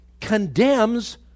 condemns